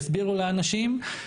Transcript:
יסבירו לאנשים,